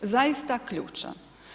Zaista ključan.